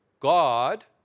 God